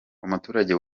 umuturage